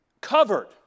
covered